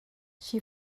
she